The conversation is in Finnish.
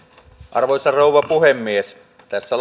arvoisa rouva puhemies tässä